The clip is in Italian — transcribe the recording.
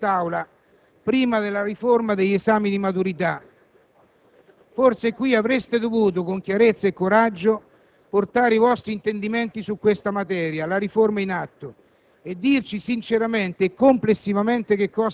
Forse di questo avremmo dovuto parlare in quest'Aula prima della riforma degli esami di maturità. Forse qui avreste dovuto, con chiarezza e coraggio, portare i vostri intendimenti su questa materia (la riforma in atto)